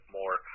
more